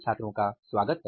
छात्रों का स्वागत हैं